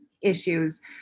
issues